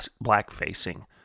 black-facing